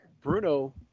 Bruno